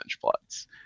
plots